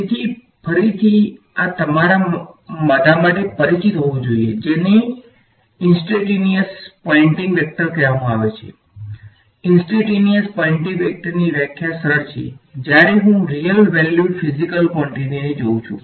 તેથી ફરીથી આ તમારા બધા માટે પરિચિત હોવું જોઈએ જેને ઈન્સટંટેનીઅસ પોઇંટિંગ વેક્ટર કહેવામાં આવે છે ઈન્સટંટેનીઅસ પોઇંટિંગ વેક્ટરની વ્યાખ્યા સરળ છે જ્યારે હું રીયલ વેલ્યુડ ફીઝીકલ ક્વોંટીટીને જોઉં છું